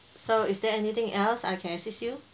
so is there anything else I can assist you